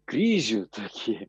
kryžių tokį